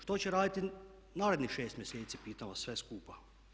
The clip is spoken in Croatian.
Što će raditi narednih šest mjeseci pitam vas sve skupa?